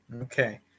Okay